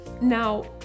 Now